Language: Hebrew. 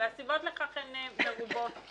והסיבות לכך הן מרובות